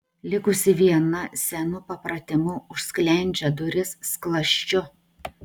likusi viena senu papratimu užsklendžia duris skląsčiu